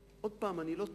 עוד פעם, אני לא תוקף.